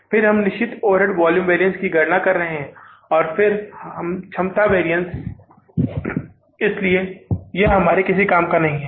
फिर हम निश्चित ओवरहेड वॉल्यूम वैरिअन्स की गणना कर रहे हैं और फिर क्षमता वैरिअन्स इसलिए यह हमारे लिए किसी काम का नहीं है